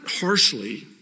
harshly